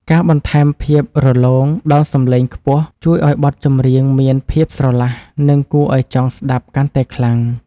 ការបន្ថែមភាពរលោងដល់សំឡេងខ្ពស់ជួយឱ្យបទចម្រៀងមានភាពស្រឡះ និង គួរឱ្យចង់ស្ដាប់កាន់តែខ្លាំង។